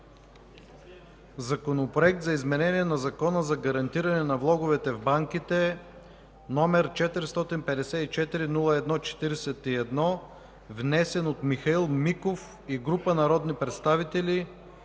Законопроект за изменение на Закона за гарантиране на влоговете в банките, № 454-01-41, внесен от Михаил Миков и група народни представители